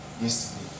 yesterday